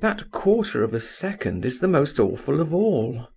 that quarter of a second is the most awful of all.